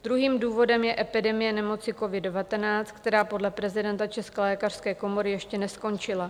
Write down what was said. Druhým důvodem je epidemie nemoci covid19, která podle prezidenta České lékařské komory ještě neskončila.